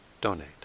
donate